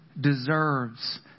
deserves